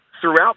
throughout